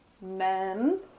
men